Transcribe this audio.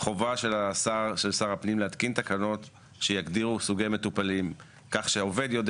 חובה של שר הפנים להתקין תקנות שיגדירו סוגי מטופלים כך שהעובד יודע